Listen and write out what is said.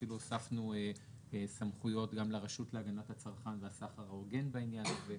ואפילו הוספנו סמכויות גם לרשות להגנת הצרכן והסחר ההוגן בעניין הזה.